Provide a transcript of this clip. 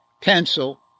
pencil